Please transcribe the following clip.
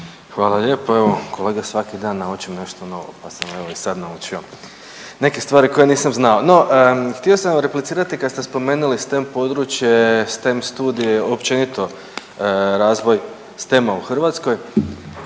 Hvala lijepo. Evo, kolega svaki dan naučim nešto novo pa sam evo i sad naučio neke stvari koje nisam znao. No, htio sam replicirati kad ste spomenuli STEM područje, STEM studije općenito razvoj STEM-a u Hrvatskoj.